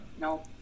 No